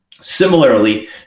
Similarly